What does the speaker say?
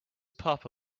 papa